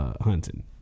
hunting